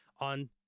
on